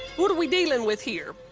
what are we dealing with here?